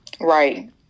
Right